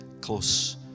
close